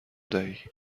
دهی